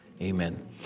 Amen